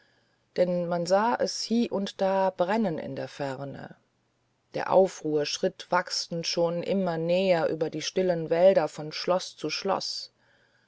denn man sah es hie und da brennen in der ferne der aufruhr schritt wachsend schon immer näher über die stillen wälder von schloß zu schloß